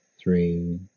three